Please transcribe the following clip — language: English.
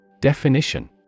Definition